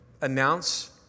announce